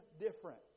different